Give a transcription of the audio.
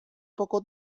poco